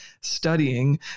studying